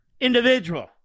individual